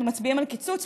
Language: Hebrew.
אנחנו מצביעים על קיצוץ?